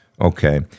Okay